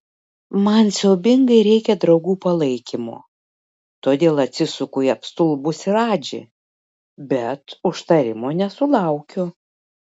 man siaubingai reikia draugų palaikymo todėl atsisuku į apstulbusį radžį bet užtarimo nesulaukiu